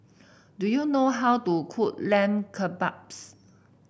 do you know how to cook Lamb Kebabs